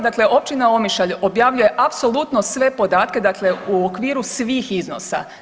Dakle općina Omišalj objavljuje apsolutno sve podatke dakle u okviru svih iznosa.